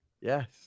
Yes